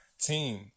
team